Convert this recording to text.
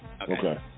okay